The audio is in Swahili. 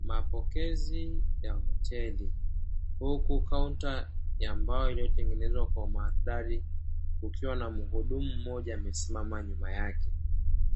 Mapokezi ya hoteli, huku kaunta ya mbao iliyo tengenezwa kwa mandhari kukiwa na muhudumu mmoja amesimama nyuma yake,